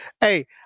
hey